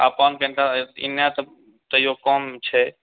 अपन कनि तऽ कहियो एनै तऽ तय्यौ कम छै